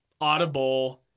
audible